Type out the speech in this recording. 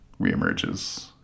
reemerges